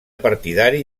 partidari